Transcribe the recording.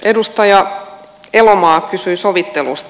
edustaja elomaa kysyi sovittelusta